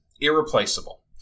Irreplaceable